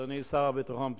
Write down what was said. אדוני השר לביטחון פנים,